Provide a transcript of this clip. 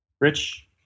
Rich